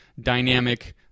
dynamic